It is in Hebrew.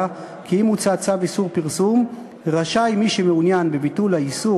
כי אם הוצא צו איסור פרסום "רשאי מי שמעוניין בביטול האיסור,